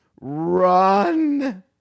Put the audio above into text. run